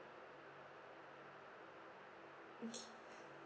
okay